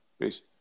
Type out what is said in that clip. Peace